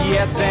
Yes